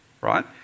right